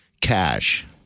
cash